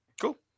Cool